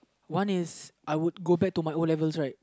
one is I would go back to my O-levels right